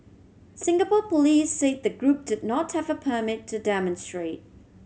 Singapore police say the group did not have a permit to demonstrate